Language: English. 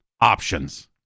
options